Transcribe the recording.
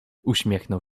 uśmiechnął